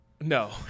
No